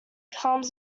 palms